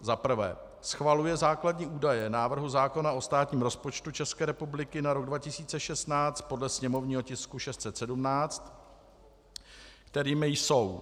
1. schvaluje základní údaje návrhu zákona o státním rozpočtu České republiky na rok 2016 podle sněmovního tisku 617, kterými jsou